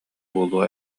буолуо